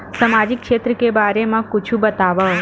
सामाजिक क्षेत्र के बारे मा कुछु बतावव?